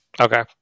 Okay